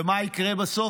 ומה יקרה בסוף?